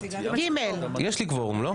יש לי קוורום, לא?